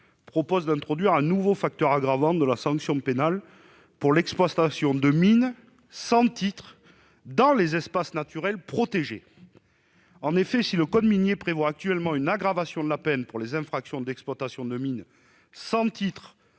vise à introduire un nouveau facteur aggravant de la sanction pénale pour l'exploitation de mine sans titre dans les espaces naturels protégés. En effet, si le code minier prévoit actuellement une aggravation de la peine pour les infractions d'exploitation de mine sans titre,